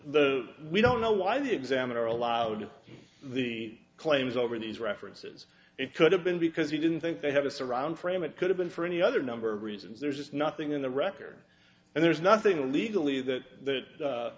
the we don't know why the examiner allowed the claims over these references it could have been because he didn't think they have a surround frame it could have been for any other number of reasons there's just nothing in the record and there's nothing legally that